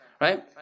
Right